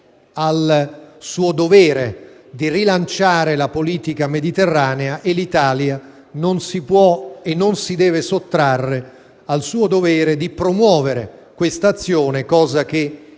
al suo dovere di rilanciare la politica mediterranea, e l'Italia non si può e non si deve sottrarre al suo dovere di promuovere questa azione.